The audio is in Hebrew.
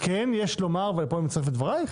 כן יש לומר ופה אני מצטרף לדברייך,